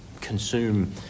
consume